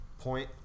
point